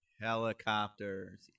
helicopters